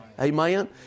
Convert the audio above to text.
amen